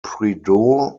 prideaux